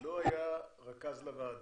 לא היה רכז לוועדה.